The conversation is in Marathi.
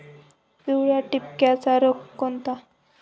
पिवळ्या ठिपक्याचा रोग कोणता?